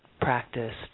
practiced